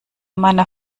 meiner